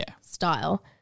style